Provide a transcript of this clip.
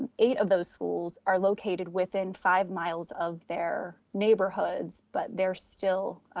eight of those schools are located within five miles of their neighborhoods, but they're still,